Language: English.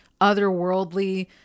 otherworldly